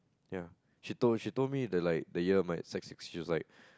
ya she told she told me the like my year of my sex she is like